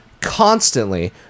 constantly